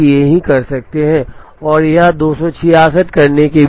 और यह 266 करने के बिना